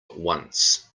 once